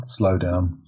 slowdown